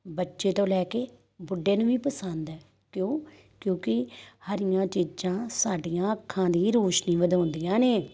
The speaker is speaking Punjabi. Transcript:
ਬੱਚੇ ਤੋਂ ਲੈ ਕੇ ਬੁੱਢੇ ਨੂੰ ਵੀ ਪਸੰਦ ਹੈ ਕਿਉਂ ਕਿਉਂਕਿ ਹਰੀਆਂ ਚੀਜ਼ਾਂ ਸਾਡੀਆਂ ਅੱਖਾਂ ਦੀ ਰੋਸ਼ਨੀ ਵਧਾਉਂਦੀਆਂ ਨੇ